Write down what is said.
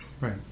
Right